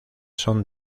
son